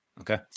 Okay